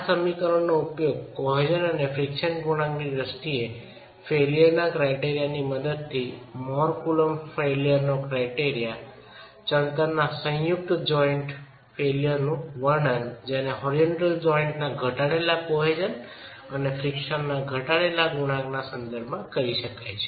આ સમીકરણનો ઉપયોગ કોહેસન અને ફ્રીક્શન ગુણાંકની દ્રષ્ટિએ ફેઇલ્યર ના ક્રાયટેરિયા ની મદદથી મોહર કૂલોમ્બ ફેઇલ્યર નો ક્રાયટેરિયા ચણતરના સંયુક્ત ફેઇલ્યરનું વર્ણન જેને હોરીજોંનટલ જોઈન્ટના ઘટાડેલા કોહેસન અને ફ્રીક્શનના ઘટાડેલા ગુણાંકના સંદર્ભમાં કરી શકાય છે